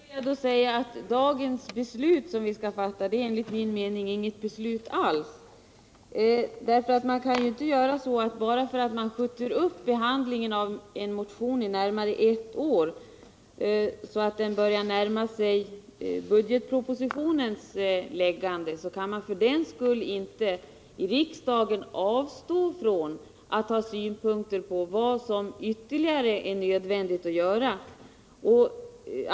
Herr talman! Först vill jag säga att det beslut som vi i dag skall fatta enligt min mening inte alls är något beslut. Man skall inte i riksdagen avstå från att anlägga synpunkter på vad som ytterligare måste åtgärdas bara för att man skjutit upp behandlingen av en motion nästan ett år och så börjar närma sig budgetpropositionens framläggande.